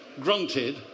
grunted